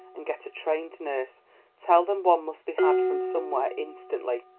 and get a trained nurse tell them one must be had from somewhere instantly.